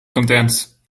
contents